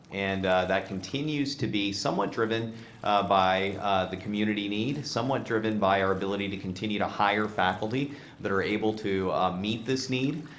and that continues to be somewhat driven by the community need, somewhat driven by our ability to continue to hire faculty that are able to meet this need,